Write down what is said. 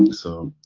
so,